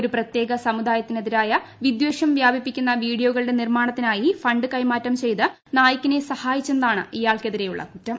ഒരു പ്രത്യേക്ക് സ്മുദായത്തിനെതിരായ വിദ്ധേഷം വ്യാപി പ്പിക്കുന്ന വീഡിയോകളൂട്ടെ നിർമ്മാണത്തിനായി ഫണ്ട് കൈമാറ്റം ചെയ്ത് നായ്ക്കിനെ സഹായിച്ചെന്നാണ് ഇയാൾക്കെതിരെയുള്ള കുറ്റം